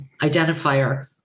identifier